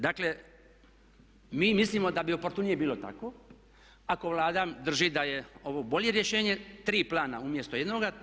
Dakle mi mislimo da bi oportunije bilo tako ako Vlada drži da je ovo bolje rješenje, tri plana umjesto jednoga.